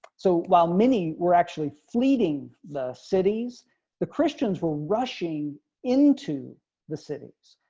so, while many were actually fleeting. the city's the christians were rushing into the cities.